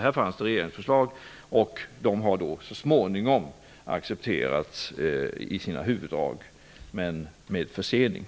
Det fanns här regeringsförslag, vilka så småningom har accepterats i sina huvuddrag, men med försening.